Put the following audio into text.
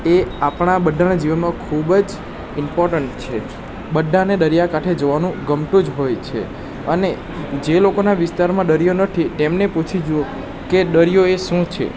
એ આપણા બધાનાં જીવનમાં ખૂબ જ ઈમ્પોર્ટન્ટ છે બધાને દરિયાકાંઠે જવાનુ ગમતું જ હોય છે અને જે લોકોના વિસ્તારમાં દરિયો નથી એમને પૂછી જુઓ કે દરિયો એ શું છે